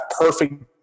perfect